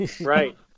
Right